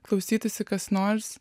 klausytųsi kas nors